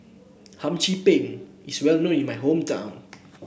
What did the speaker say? Hum Chim Peng is well known in my hometown